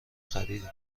خریدیم